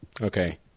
Okay